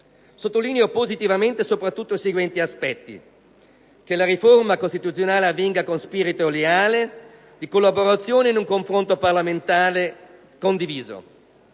Sottolineo positivamente soprattutto i seguenti aspetti: che la riforma costituzionale avvenga con spirito leale di collaborazione nel confronto parlamentare e con